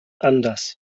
anders